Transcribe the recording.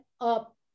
up